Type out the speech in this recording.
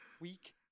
weak